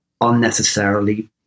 unnecessarily